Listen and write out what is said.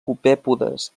copèpodes